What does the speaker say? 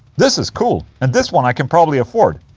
this is cool. and this one i can probably afford